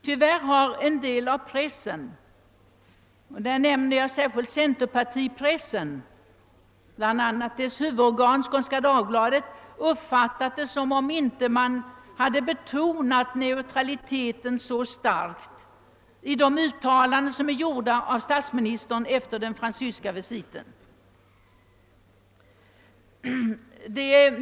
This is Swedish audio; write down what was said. Tyvärr har en del tidningar — och där nämner jag särskilt centerpartipressen, bl.a. dess huvudorgan Skånska Dagbladet — uppfattat statsministerns ord efter besöket i Frankrike så, att han inte så starkt som tidigare har betonat neutraliteten.